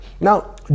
Now